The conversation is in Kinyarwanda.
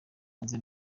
hanze